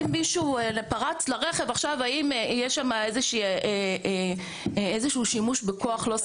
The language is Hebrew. אם מישהו פרץ לרכב עכשיו האם יש שם איזשהו שימוש בכוח לא סביר".